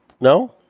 No